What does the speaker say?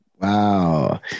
Wow